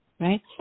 Right